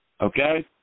Okay